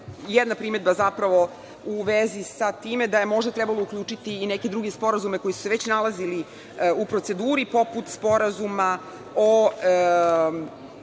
jedna primedba u vezi sa time da je možda trebalo uključiti i neke druge sporazume koji su se već nalazili u proceduri, poput Predloga